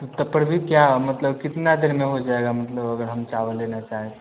सब पर भी क्या मतलब कितना दिन में हो जाएगा मतलब अगर हम चावल लेना चाहें